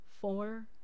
four